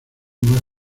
más